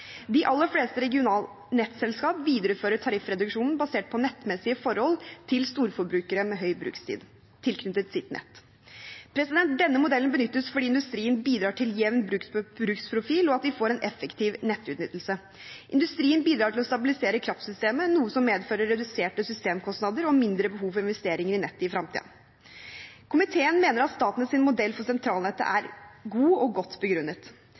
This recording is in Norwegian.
De aller fleste regionalnettselskap viderefører tariffreduksjonen basert på nettmessige forhold til storforbrukere med høy brukstid tilknyttet sitt nett. Denne modellen benyttes fordi industrien bidrar til jevn bruksprofil og at vi får en effektiv nettutnyttelse. Industrien bidrar til å stabilisere kraftsystemet, noe som medfører reduserte systemkostnader og mindre behov for investeringer i nettet i framtiden. Komiteen mener at Statnetts modell for sentralnettet er god og godt begrunnet.